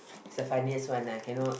he's the funniest one ah cannot